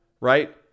Right